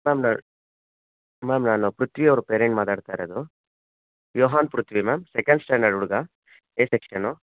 ma'am ನಾ ma'am ನಾನು ಪೃಥ್ವಿ ಅವ್ರ ಪೆರೆಂಟ್ ಮಾತಾಡ್ತಾ ಇರೋದು Yuhan Prithvi ma'am second standard ಹುಡುಗ ಎ ಸೆಕ್ಷೆನು